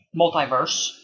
multiverse